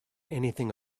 anything